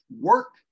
work